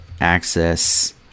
access